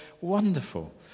wonderful